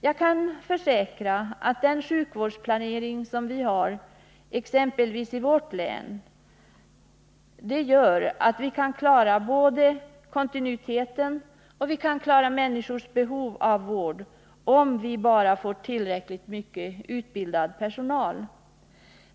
Jag kan försäkra att med den sjukvårdsplanering som vi har i exempelvis mitt län kan vi klara både kontinuiteten och människornas behov av sjukvård, om vi bara får tillräckligt mycket utbildad personal.